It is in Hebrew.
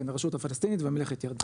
כן להרשות הפלסטינית וממלכת ירדן.